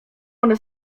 one